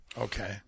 Okay